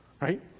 Right